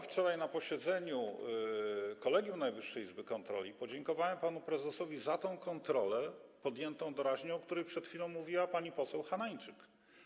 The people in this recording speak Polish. Wczoraj na posiedzeniu Kolegium Najwyższej Izby Kontroli podziękowałem panu prezesowi za kontrolę podjętą doraźnie, o której przed chwilą mówiła pani poseł Hanajczyk.